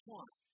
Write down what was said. one